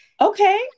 Okay